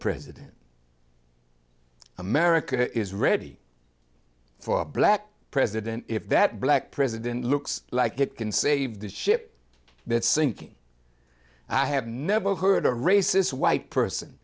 president america is ready for a black president if that black president looks like it can save the ship bits sinking i have never heard a racist white person